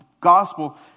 gospel